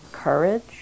Courage